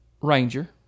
ranger